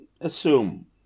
assume